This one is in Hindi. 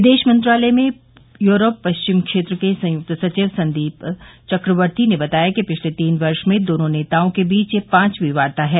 विदेश मंत्रालय में यूरोप पश्चिम क्षेत्र के संयुक्त सचिव संदीप चक्रवर्ती ने बताया कि पिछले तीन वर्ष में दोनों नेताओं के बीच यह पांचवीं वार्ता है